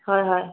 হয় হয়